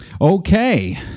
Okay